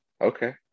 Okay